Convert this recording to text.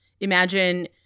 Imagine